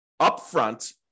upfront